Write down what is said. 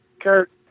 Kurt